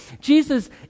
Jesus